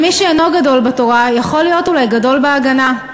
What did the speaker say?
אבל מי שאינו גדול בתורה יכול להיות אולי גדול בהגנה,